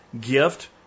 gift